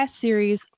series